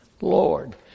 lord